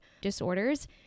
disorders